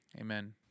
Amen